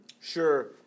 Sure